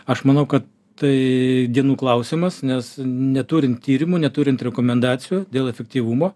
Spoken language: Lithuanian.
aš manau kad tai dienų klausimas nes neturint tyrimų neturint rekomendacijų dėl efektyvumo